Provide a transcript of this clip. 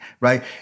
right